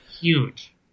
Huge